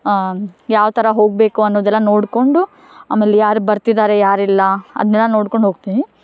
ಆಂ ಯಾವ ಥರ ಹೋಗಬೇಕು ಅನ್ನೋದೆಲ್ಲ ನೋಡಿಕೊಂಡು ಆಮೇಲೆ ಯಾರು ಬರ್ತಿದ್ದಾರೆ ಯಾರು ಇಲ್ಲ ಅದನ್ನೆಲ್ಲ ನೋಡ್ಕೊಂಡು ಹೋಗ್ತೀನಿ